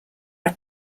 are